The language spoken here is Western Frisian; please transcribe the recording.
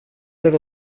der